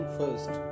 first